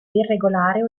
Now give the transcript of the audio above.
irregolare